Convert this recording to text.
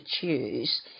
choose